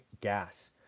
gas